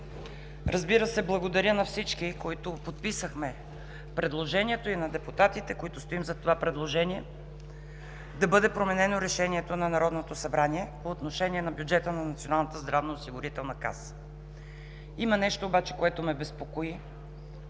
Разбира се, благодаря на всички, които подписаха предложението, и на депутатите, които стоим зад това предложение, да бъде променено Решението на Народното събрание по отношение на бюджета на Националната здравноосигурителна